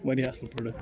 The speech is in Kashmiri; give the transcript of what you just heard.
واریاہ اَصٕل پرٛوڈَکٹ